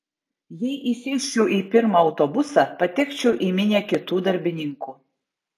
jei įsėsčiau į pirmą autobusą patekčiau į minią kitų darbininkų